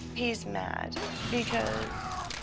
he's mad because.